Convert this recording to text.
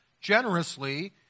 generously